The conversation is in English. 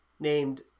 Named